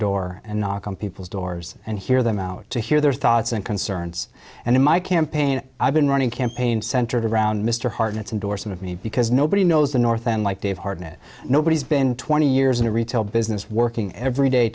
door and knock on people's doors and hear them out to hear their thoughts and concerns and in my campaign i've been running a campaign centered around mr hartnett's endorsement me because nobody knows the northen like dave hartnett nobody's been twenty years in the retail business working every day